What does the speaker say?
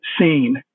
seen